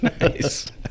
Nice